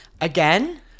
Again